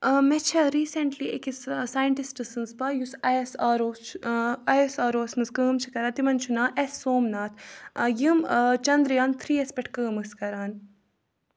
آ مےٚ چھےٚ ریٖسٮ۪نٛٹلی أکِس ساینٹِسٹ سٕنٛز پاے یُس آی ایس آر او چھُ آی ایس آر او یَس منٛز کٲم چھِ کَران تِمَن چھُ ناو ایس سوم ناتھ یِم چَندریان تھری یَس پٮ۪ٹھ کٲم ٲسۍ کَران